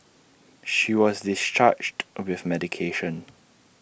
she was discharged with medication